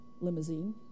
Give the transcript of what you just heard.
Limousine